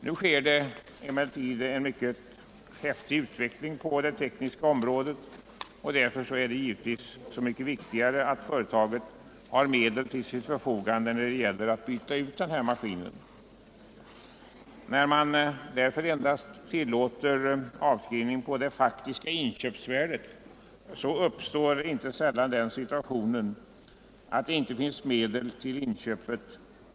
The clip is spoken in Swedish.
Nu sker det en mycket häftig utveckling på det tekniska området, och därför är det givetvis så mycket viktigare att företaget har medel till sitt förfogande för att byta ut den maskin det gäller. När man endast tillåter avskrivning på det faktiska inköpsvärdet, så uppstår inte sällan den situationen att det inte finns medel till inköpet.